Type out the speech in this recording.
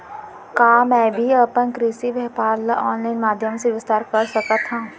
का मैं भी अपन कृषि व्यापार ल ऑनलाइन माधयम से विस्तार कर सकत हो?